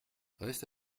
reste